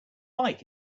like